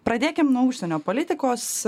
pradėkim nuo užsienio politikos